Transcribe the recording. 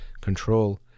control